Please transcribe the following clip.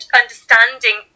understanding